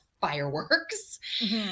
fireworks